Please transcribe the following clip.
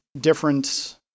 different